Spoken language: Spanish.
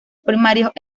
primarios